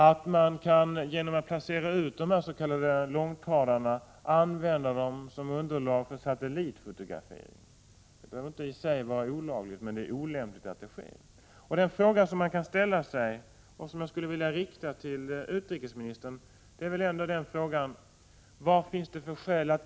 Att man genom att placera ut de s.k. långtradarna kan använda dem som underlag för satellitfotografering behöver inte i sig vara olagligt, men det är olämpligt att det sker. Den fråga som man kan ställa sig och som jag skulle vilja rikta till utrikesministern är: Vilka skäl finns det för att inte vidta någon åtgärd-t.ex. — Prot.